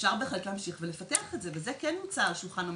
אז אפשר בהחלט להמשיך ולפתח את זה וזה כן מוצע על שולחן המחוקק,